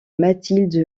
mathilde